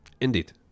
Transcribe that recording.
indeed